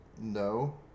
No